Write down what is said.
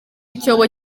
icyobo